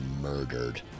murdered